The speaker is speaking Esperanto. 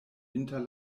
inter